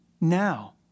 now